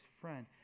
friend